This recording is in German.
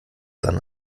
dann